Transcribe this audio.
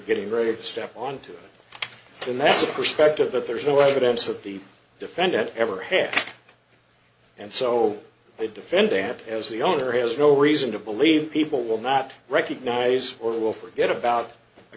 getting ready to step onto it and that's a perspective that there's no evidence that the defendant ever had and so the defendant as the owner has no reason to believe people will not recognize or will forget about a